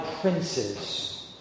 princes